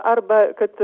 arba kad